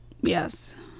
Yes